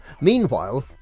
Meanwhile